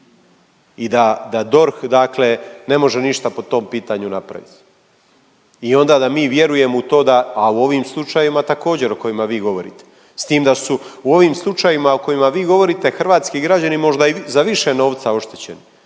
dakle ne može ništa po tom pitanju napraviti i onda da mi vjerujemo u to da, a u ovim slučajevima također o kojima vi govorite. S tim da su u ovim slučajevima o kojima vi govorite, hrvatski građani možda i za više novca oštećeni.